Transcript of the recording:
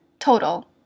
Total